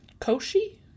Koshi